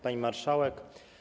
Pani Marszałek!